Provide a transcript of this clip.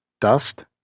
dust